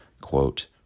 quote